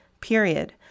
period